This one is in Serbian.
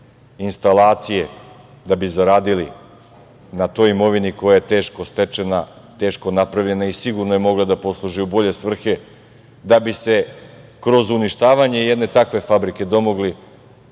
instalacije da bi zaradili na toj imovini koja je teško stečena, teško napravljena i sigurno je mogla da posluži u bolje svrhe, da bi se kroz uništavanje jedne takve fabrike domogli